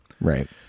Right